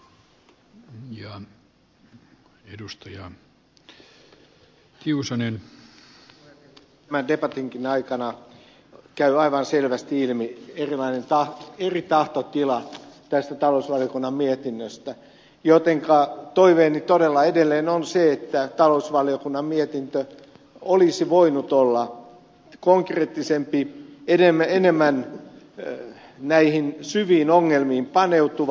tämän debatinkin aikana käy aivan selvästi ilmi erilainen tahtotila tästä talousvaliokunnan mietinnöstä jotenka toiveeni todella edelleen on se että talousvaliokunnan mietintö olisi voinut olla konkreettisempi enemmän näihin syviin ongelmiin paneutuva